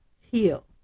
heal